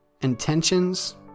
intentions